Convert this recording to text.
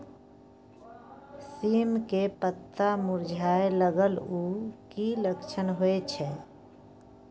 सीम के पत्ता मुरझाय लगल उ कि लक्षण होय छै?